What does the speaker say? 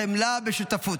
חמלה ושותפות.